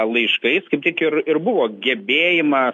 laiškais kaip tik ir ir buvo gebėjimas